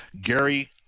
Gary